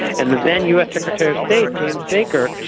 and the then us secretary of state, james baker,